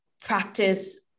practice